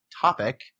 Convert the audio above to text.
topic